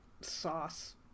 sauce